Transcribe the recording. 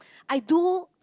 I do